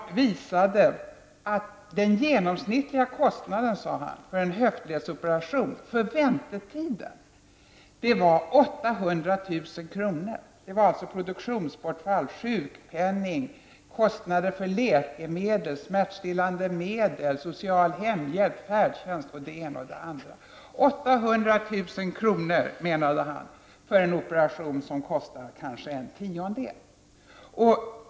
Där sade han att den genomsnittliga kostnaden för väntetiden på en höftledsoperation är 800 000 kr., vilket innefattar produktionsbortfall, sjukpenning, kostnader för läkemedel, smärtstillande medel, social hemhjälp, färdtjänst, m.m. Dessa 800 000 kr. skall då jämföras med kostnaden för en operation som kanske är en tiondel av detta belopp.